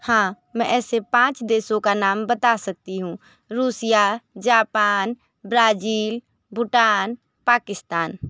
हाँ मैं ऐसे पाँच देशों का नाम बता सकती हूँ Russia Japan Brazil Bhutan Pakistan